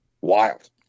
wild